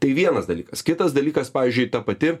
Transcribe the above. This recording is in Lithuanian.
tai vienas dalykas kitas dalykas pavyzdžiui ta pati